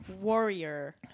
warrior